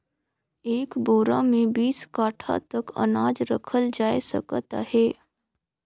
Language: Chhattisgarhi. एक बोरा मे बीस काठा तक अनाज रखल जाए सकत अहे